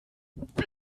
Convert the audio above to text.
wie